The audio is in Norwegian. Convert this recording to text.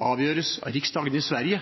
avgjøres av Riksdagen i Sverige,